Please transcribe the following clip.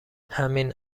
همین